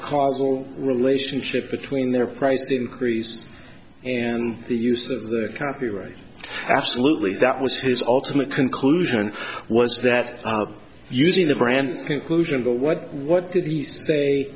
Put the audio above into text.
causal relationship between their price increase and the use of the copyright absolutely that was his ultimate conclusion was that using the brand conclusion to what what did he say